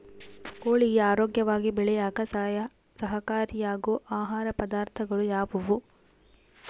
ಕೋಳಿಗೆ ಆರೋಗ್ಯವಾಗಿ ಬೆಳೆಯಾಕ ಸಹಕಾರಿಯಾಗೋ ಆಹಾರ ಪದಾರ್ಥಗಳು ಯಾವುವು?